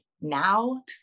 now